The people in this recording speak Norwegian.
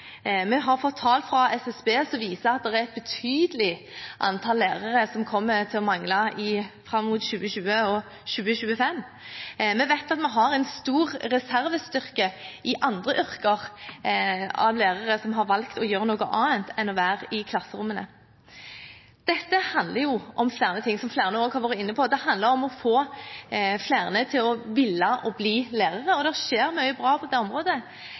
fått tall fra SSB som viser at et betydelig antall lærere kommer til å mangle fram mot 2020 og 2025. Vi vet at vi har en stor reservestyrke av lærere i andre yrker som har valgt å gjøre noe annet enn å være i klasserommet. Dette handler om flere ting, som flere også har vært inne på. Det handler om å få flere til å ville bli lærere, og det skjer mye bra på dette området,